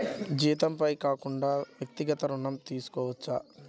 జీతంపై కాకుండా వ్యక్తిగత ఋణం తీసుకోవచ్చా?